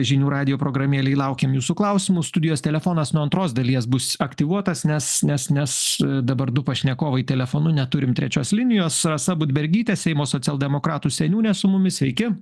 žinių radijo programėlėj laukėm jūsų klausimų studijos telefonas nuo antros dalies bus aktyvuotas nes nes nes dabar du pašnekovai telefonu neturim trečios linijos rasa budbergytė seimo socialdemokratų seniūnė su mumis sveiki